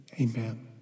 Amen